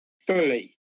fully